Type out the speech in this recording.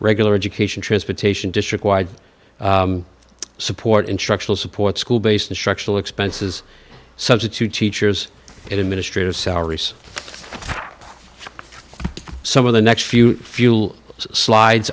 regular education transportation district wide support instructional support school based instructional expenses substitute teachers and administrators salaries some of the next few fuel slides